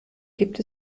gibt